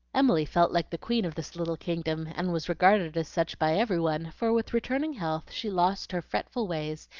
emily felt like the queen of this little kingdom, and was regarded as such by every one, for with returning health she lost her fretful ways,